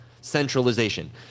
centralization